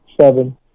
seven